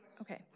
Okay